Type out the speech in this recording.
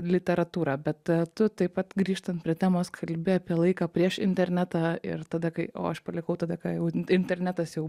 literatūrą bet tu taip pat grįžtant prie temos kalbi apie laiką prieš internetą ir tada kai o aš palikau tada kai jau internetas jau